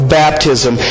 baptism